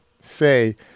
Say